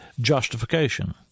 justification